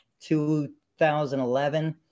2011